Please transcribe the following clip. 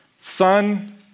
son